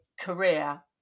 career